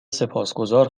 سپاسگذار